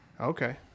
Okay